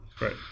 Right